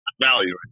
value